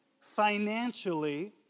financially